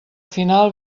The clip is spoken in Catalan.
final